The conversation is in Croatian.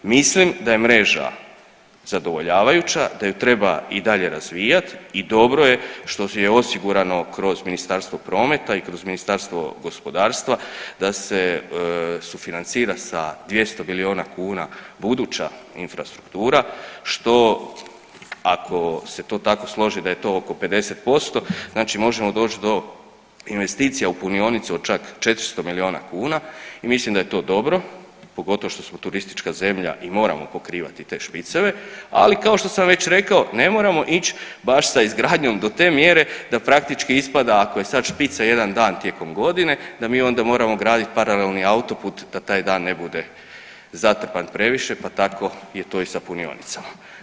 Mislim da je mreža zadovoljavajuća, da ju treba i dalje razvijati i dobro je što je osigurano kroz Ministarstvo prometa i kroz Ministarstvo gospodarstva da se sufinancira sa 200 miliona kuna buduća infrastruktura, što ako se to tako složi da je to oko 50% znači možemo doći do investicija u punionici od čak 400 miliona kuna i mislim da je to dobro, pogotovo što smo turistička zemlja i moramo pokrivati te špiceve, ali kao što sam već rekao ne moramo ići baš sa izgradnjom do te mjere da praktički ispada ako je sad špica jedan dan tijekom godine da mi onda moramo graditi paralelni autoput da taj dan ne bude zatrpan previše pa tako je to i sa punionicama.